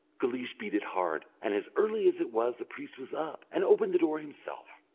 guleesh beat it hard, and as early as it was the priest was up, and opened the door himself.